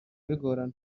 bigorana